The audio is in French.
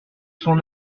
son